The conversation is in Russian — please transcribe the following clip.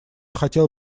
хотел